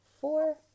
four